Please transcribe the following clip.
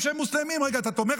נעצור